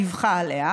דיווחה עליה,